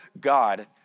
God